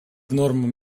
нормам